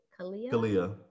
Kalia